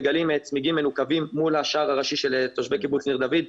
גילו צמיגים מנוקבים מול השער הראשי של תושבי קיבוץ ניר דוד.